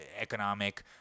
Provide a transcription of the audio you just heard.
economic